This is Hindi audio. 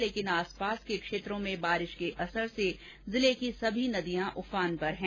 लेकिन आस पास के क्षेत्रों में बारिश के असर से जिले की सभी नदियां उफान पर हैं